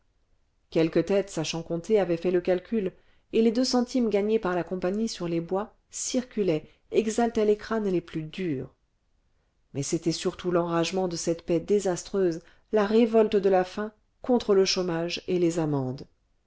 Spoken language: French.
quelques têtes sachant compter avaient fait le calcul et les deux centimes gagnés par la compagnie sur les bois circulaient exaltaient les crânes les plus durs mais c'était surtout l'enragement de cette paie désastreuse la révolte de la faim contre le chômage et les amendes